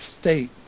state